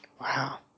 Wow